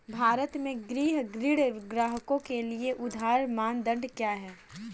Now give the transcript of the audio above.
भारत में गृह ऋण ग्राहकों के लिए उधार मानदंड क्या है?